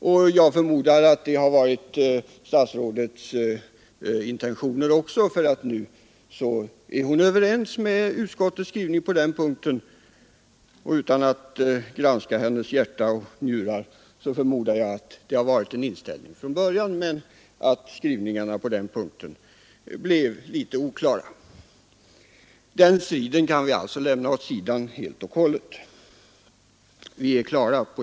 Jag förmodar att det också har varit statsrådets intentioner, eftersom hon nu är överens med utskottet på den punkten. Utan att rannsaka hjärtan och njurar förmodar jag att det har varit hennes inställning redan från början men att skrivningarna på den punkten blev litet oklara. Den striden kan vi alltså lämna åt sidan helt och hållet.